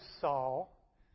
Saul